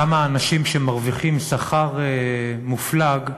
כמה אנשים שמרוויחים שכר מופלג,